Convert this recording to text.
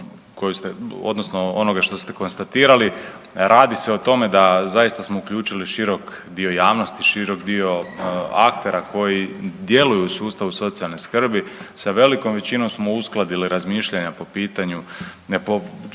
odnosno onoga što ste konstatirali radi se o tome da zaista smo uključili širok dio javnosti, širok dio aktera koji djeluju u sustavu socijalne skrbi. Sa velikom većinom smo uskladili razmišljanja po pitanju, po